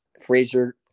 Frazier